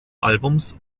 albums